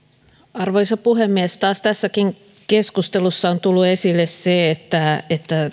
arvoisa puhemies taas tässäkin keskustelussa on tullut esille se että